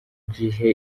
gihe